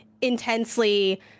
intensely